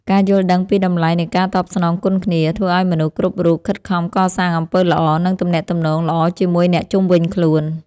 ការយល់ដឹងពីតម្លៃនៃការតបស្នងគុណគ្នា ធ្វើឱ្យមនុស្សគ្រប់រូបខិតខំកសាងអំពើល្អ និងទំនាក់ទំនងល្អជាមួយអ្នកជុំវិញខ្លួន។